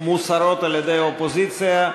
מוסרות על-ידי האופוזיציה.